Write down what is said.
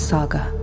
Saga